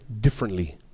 differently